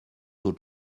taux